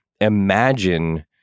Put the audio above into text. imagine